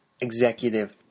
executive